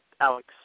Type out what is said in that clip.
Alex